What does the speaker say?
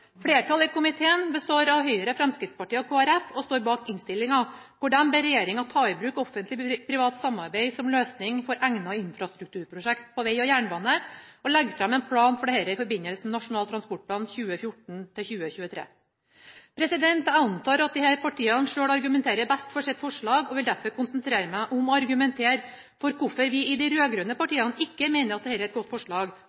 Flertallet i komiteen, som består av Høyre, Fremskrittspartiet og Kristelig Folkeparti, står bak innstillinga, hvor de ber regjeringa ta i bruk offentlig-privat samarbeid som løsning for egnede infrastrukturprosjekter på veg og jernbane, og legge fram en plan for dette i forbindelse med Nasjonal transportplan 2014–2023. Jeg antar at disse partiene selv argumenterer best for sitt forslag, og jeg vil derfor konsentrere meg om å argumentere for hvorfor vi i de